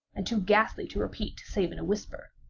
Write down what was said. and too ghastly to repeat, save in a whisper.